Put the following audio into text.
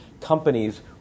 companies